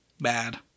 bad